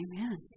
Amen